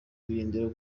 ibirindiro